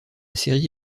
série